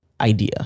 idea